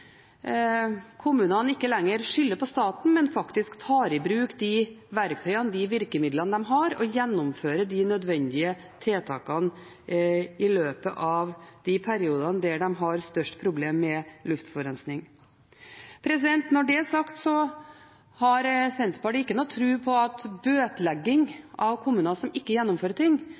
kommunene ikke lenger skylder på staten, men faktisk tar i bruk de verktøyene, de virkemidlene, de har, og gjennomfører de nødvendige tiltakene i løpet av de periodene de har størst problem med luftforurensning. Når det er sagt, vil jeg si at Senterpartiet har ikke noe tro på at bøtelegging av kommuner som ikke gjennomfører ting,